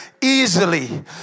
easily